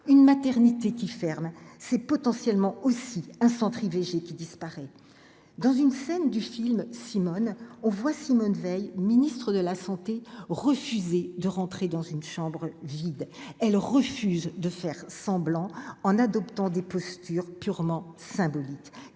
une maternité qui ferme, c'est potentiellement aussi un centre IVG qui disparaît dans une scène du film Simone on voit Simone Veil, ministre de la Santé, refusé de rentrer dans une chambre vide, elle refuse de faire semblant en adoptant des postures purement symbolique,